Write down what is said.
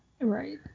Right